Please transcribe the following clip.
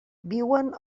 viuen